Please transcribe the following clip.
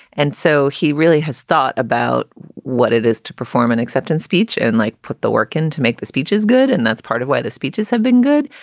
and so he really has thought about what it is to perform an acceptance speech and like put the work in to make the speeches good. and that's part of why the speeches have been good.